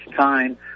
time